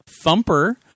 Thumper